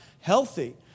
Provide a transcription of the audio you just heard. healthy